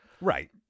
Right